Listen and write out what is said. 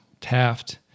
Taft